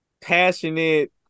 passionate